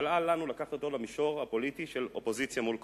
אבל אל לנו לקחת אותו למישור הפוליטי של אופוזיציה מול קואליציה.